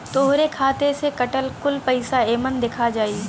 तोहरे खाते से कटल कुल पइसा एमन देखा जाई